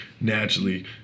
naturally